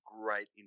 great